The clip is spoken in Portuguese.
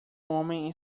homem